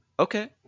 Okay